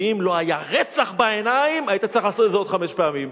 ואם לא היה רצח בעיניים היית צריך לעשות את זה עוד חמש פעמים,